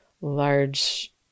large